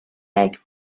egg